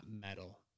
metal